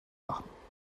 machen